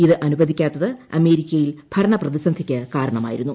ഇത് അനുവദിക്കാത്തത് അമേരിക്കയിൽ ഭരണപ്രതിസന്ധിക്ക് കാരണമായിരുന്നു